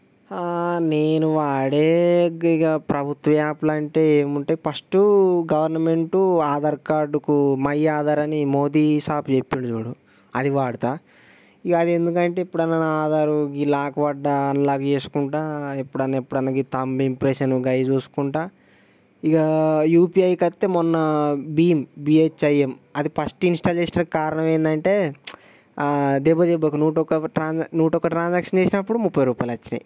నేను వాడే ఇంక ప్రభుత్వ యాప్లు అంటే ఏముంటాయి ఫస్ట్ గవర్నమెంట్ ఆధార్ కార్డ్కు మై ఆధార్ అని మోదీ సాబ్ చెప్పిండు చూడు అది వాడుతాను ఇంకా అది ఎందుకంటే ఎప్పుడన్నా నా ఆధార్ ఈ లాక్ పడ్డ అన్లాక్ చేసుకుంటాను ఎప్పుడన్నా ఎప్పుడన్నా ఈ తంబ్ ఇంప్రెషన్ అవి చూసుకుంటాను ఇంకా యూపిఐకి వస్తే మొన్న భీమ్ బిహెచ్ఐఎం అది ఫస్ట్ ఇన్స్టాల్ చేసిన కారణం ఏంటంటే దెబ్బ దెబ్బకు నూట ఒక్క ట్రాన్స్ నూట ఒక్క ట్రాన్సాక్షన్ చేసినప్పుడు ముప్పై రూపాయలు వచ్చాయి